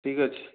ଠିକ୍ ଅଛି